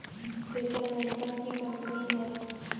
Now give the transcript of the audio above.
PayPal America की company है